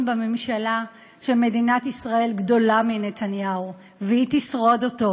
בממשלה שמדינת ישראל גדולה מנתניהו והיא תשרוד אותו,